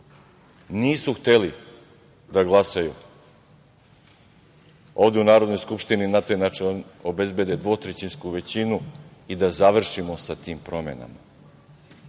nisu hteli da glasaju ovde u Narodnoj skupštini na taj način, obezbede dvotrećinsku većinu i da završimo sa tim promenama.